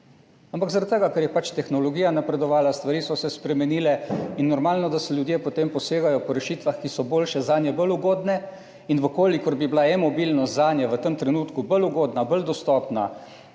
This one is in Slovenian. ampak zaradi tega, ker je pač tehnologija napredovala, stvari so se spremenile in normalno, da ljudje potem posegajo po rešitvah, ki so boljše zanje, bolj ugodne. In če bi bila e-mobilnost zanje v tem trenutku bolj ugodna, bolj dostopna,